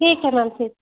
ठीक है मैम ठीक